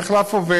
המחלף עובד,